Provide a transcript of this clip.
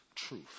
truth